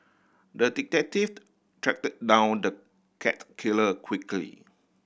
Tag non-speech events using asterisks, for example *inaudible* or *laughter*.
the detective *unintelligible* tracked down the cat killer quickly